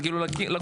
אותו